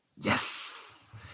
Yes